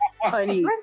honey